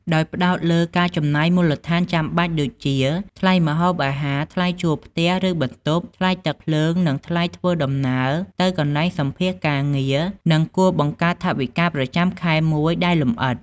ដោយផ្ដោតលើការចំណាយមូលដ្ឋានចាំបាច់ដូចជា ថ្លៃម្ហូបអាហារ ថ្លៃជួលផ្ទះឬបន្ទប់ ថ្លៃទឹកភ្លើង និងថ្លៃធ្វើដំណើរទៅកន្លែងសំភាសន៍ការងារ និងគួរបង្កើតថវិកាប្រចាំខែមួយដែលលម្អិត។